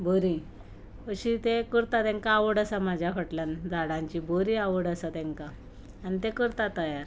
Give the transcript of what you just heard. बरीं अशीं ते करता तांकां आवड आसा म्हाज्या फाटल्यान झाडांची बरी आवड आसा तांकां आनी ते करता तयार